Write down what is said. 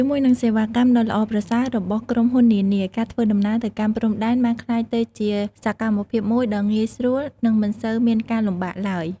ជាមួយនឹងសេវាកម្មដ៏ល្អប្រសើររបស់ក្រុមហ៊ុននានា ការធ្វើដំណើរទៅកាន់ព្រំដែនបានក្លាយទៅជាសកម្មភាពមួយដ៏ងាយស្រួលនិងមិនសូវមានការលំបាកឡើយ។